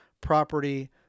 property